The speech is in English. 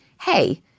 hey